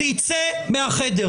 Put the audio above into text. צא מהחדר.